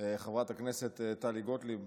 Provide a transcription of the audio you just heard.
חברת הכנסת טלי גוטליב,